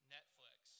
Netflix